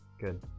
Good